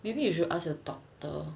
maybe you should ask your doctor